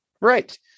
Right